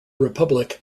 republic